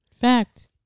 Fact